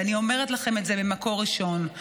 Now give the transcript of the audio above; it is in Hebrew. ואני אומרת לכם את זה ממקור ראשון.